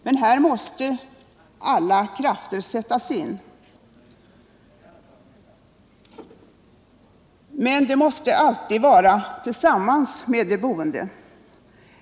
Men här måste alla krafter sättas in. Det måste dock alltid ske i samråd med de boende.